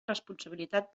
responsabilitat